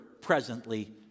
presently